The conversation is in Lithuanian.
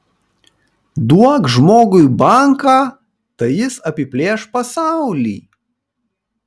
duok žmogui banką tai jis apiplėš pasaulį